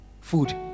Food